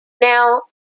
Now